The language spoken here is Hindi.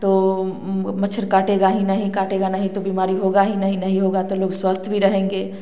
तो मच्छर काटेगा ही नहीं काटेगा नहीं तो बीमारी होगा ही नहीं होगा तो लोग स्वस्थ भी रहेंगे